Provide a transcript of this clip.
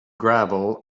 gravel